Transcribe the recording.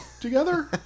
together